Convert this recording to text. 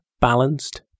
balanced